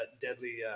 deadly